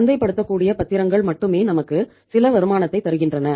சந்தைப்படுத்தக்கூடிய பத்திரங்கள் மட்டுமே நமக்கு சில வருமானத்தைத் தருகின்றன